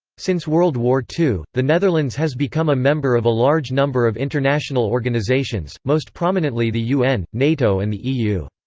since world war ii, the netherlands has become a member of a large number of international organisations, most prominently the un, nato and the eu.